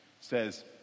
says